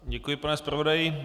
Děkuji, pane zpravodaji.